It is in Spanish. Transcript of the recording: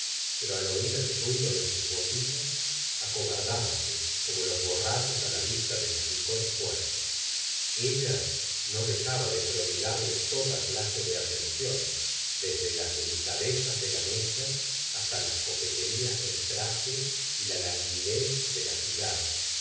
pero al oir el ruido de sus botitas aco bardábase como los borrachos á la vista de los licores fuertes ella no dejaba de prodigarle toda clase de aten ciones desde las delicadezas de la mesa hasta las coqueterías del traje y la languidez de las miradas